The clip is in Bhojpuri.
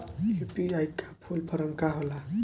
यू.पी.आई का फूल फारम का होला?